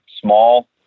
small